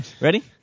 ready